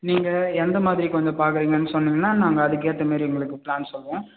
நீங்கள் எந்த மாதிரி கொஞ்சம் பார்க்குறீங்கன்னு சொன்னீங்கன்னால் நாங்கள் அதுக்கேற்ற மாதிரி உங்களுக்கு பிளான் சொல்லுவோம்